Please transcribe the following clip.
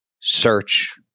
search